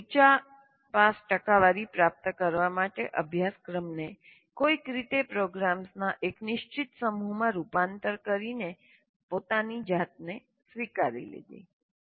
પધ્ધતિએ ઉચ્ચ પાસ ટકાવારી પ્રાપ્ત કરવા માટે અભ્યાસક્રમને કોઈક રીતે પ્રોગ્રામ્સના એક નિશ્ચિત સમૂહમાં રૂપાંતર કરીને પોતાની જાતને સ્વીકારી લીધી